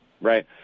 Right